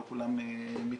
לא כולם מתלוננים,